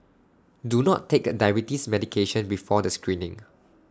do not take diabetes medication before the screening